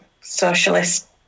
socialist